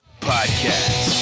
Podcast